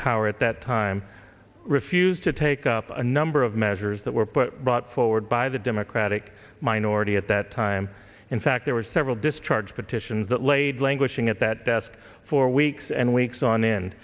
power at that time refused to take up a number of measures that were put forward by the democratic minority at that time in fact there were several discharge petitions that laid languishing at that desk for weeks and weeks on end